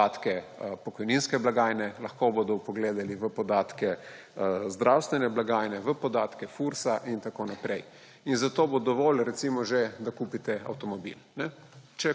podatke pokojninske blagajne, lahko bodo pogledali v podatke zdravstvene blagajne, v podatke Fursa in tako naprej; in za to bo dovolj recimo že to, da kupite avtomobil.